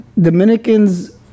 Dominicans